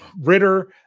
Ritter